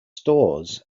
stores